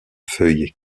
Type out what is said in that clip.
feuilles